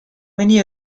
many